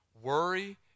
Worry